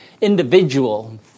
individual